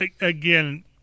again